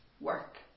work